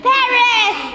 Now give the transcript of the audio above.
Paris